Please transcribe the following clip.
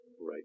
right